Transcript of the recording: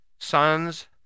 sons